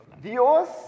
Dios